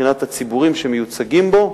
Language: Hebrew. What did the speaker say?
מבחינת הציבורים שמיוצגים בו,